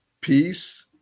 peace